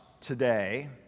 today